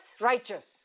righteous